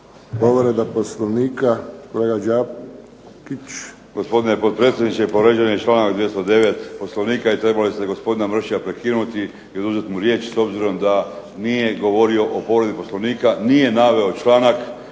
Povreda Poslovnika kolega Đakić. **Đakić, Josip (HDZ)** Gospodine potpredsjedniče povrijeđen je članak 209. Poslovnika i trebali ste gospodina Mršića prekinuti i oduzeti mu riječ s obzirom da nije govorio o povredi Poslovnika, nije naveo članak